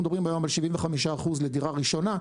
אנחנו מדברים היום על 75% לדירה ראשונה,